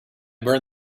burned